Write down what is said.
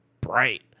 bright